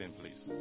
please